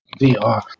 VR